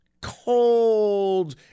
cold